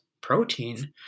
protein